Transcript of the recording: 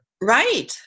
Right